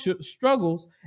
struggles